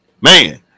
Man